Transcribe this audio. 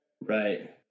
Right